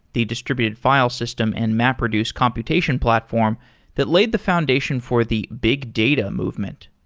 the distributed file system and map reduced computation platform that laid the foundation for the big data movement.